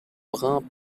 brun